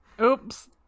Oops